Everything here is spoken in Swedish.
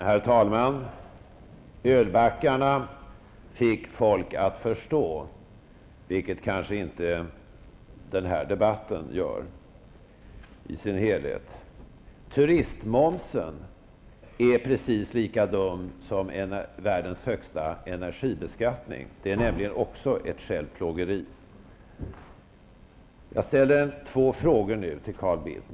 Herr talman! Ölbackarna fick folk att förstå, vilket kanske inte den här debatten får i sin helhet. Turistmomsen är precis lika dum som världens högsta energibeskattning. Det är nämligen också ett självplågeri. Jag ställer nu två frågor till Carl Bildt.